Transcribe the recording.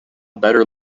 better